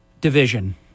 Division